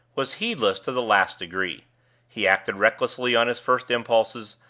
was heedless to the last degree he acted recklessly on his first impulses,